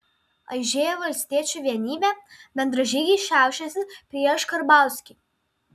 aižėja valstiečių vienybė bendražygiai šiaušiasi prieš karbauskį